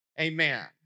amen